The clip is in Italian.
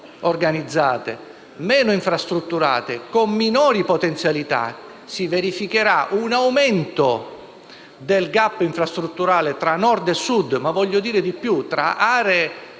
meno infrastrutturate e con minori potenzialità, si verificherà un aumento del *gap* infrastrutturale tra Nord e Sud, ma soprattutto - voglio dire di più - tra aree